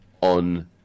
on